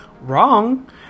Wrong